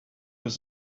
was